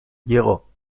llego